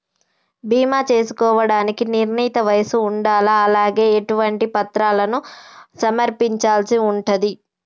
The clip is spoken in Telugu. బీమా చేసుకోవడానికి నిర్ణీత వయస్సు ఉండాలా? అలాగే ఎటువంటి పత్రాలను సమర్పించాల్సి ఉంటది?